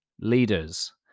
Leaders